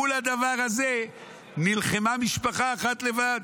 מול הדבר הזה נלחמה משפחה אחת לבד.